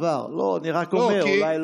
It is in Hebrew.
לא, אני רק אומר.